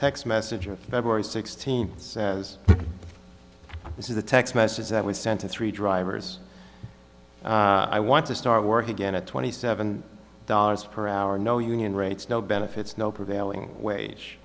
text message or february sixteenth this is the text message that was sent to three drivers i want to start work again at twenty seven dollars per hour no union rates no benefits no prevailing wage